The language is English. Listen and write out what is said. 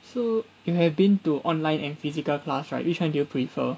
so you have been to online and physical class right which one do you prefer